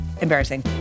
embarrassing